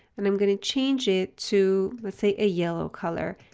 and i'm going to change it to, let's say a yellow color,